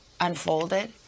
unfolded